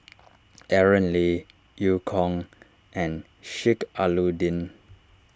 Aaron Lee Eu Kong and Sheik Alau'ddin